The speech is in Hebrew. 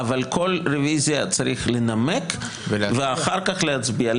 אבל כל רוויזיה צריך לנמק ואחר כך להצביע.